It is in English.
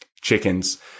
chickens